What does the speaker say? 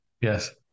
Yes